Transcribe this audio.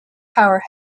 power